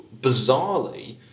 bizarrely